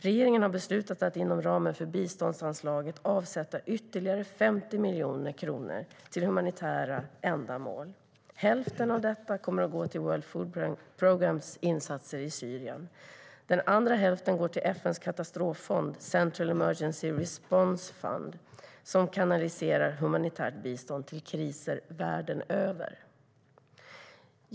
Regeringen har beslutat att inom ramen för biståndsanslaget avsätta ytterligare 50 miljoner kronor till humanitära ändamål. Hälften av dessa kommer att gå till World Food Programmes insatser i Syrien. Den andra hälften går till FN:s katastroffond Central Emergency Response Fund, som kanaliserar humanitärt bistånd till kriser världen över.